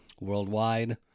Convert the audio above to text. worldwide